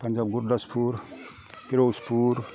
पानजाब बददासपुर फिरजपुर